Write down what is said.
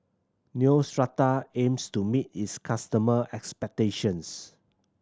Neostrata aims to meet its customer expectations